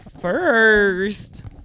first